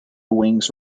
wings